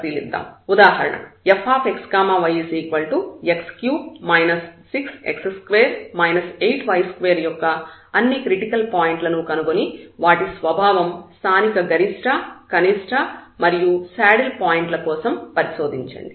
ఉదాహరణ fxyx3 6x2 8y2 యొక్క అన్ని క్రిటికల్ పాయింట్లను కనుగొని వాటి స్వభావం స్థానిక గరిష్టకనిష్ట మరియు శాడిల్ పాయింట్ ల కోసం పరిశోధించండి